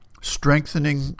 Strengthening